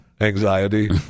anxiety